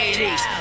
80s